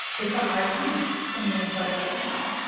it's a hard time in minnesota right now.